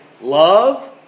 love